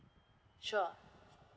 sure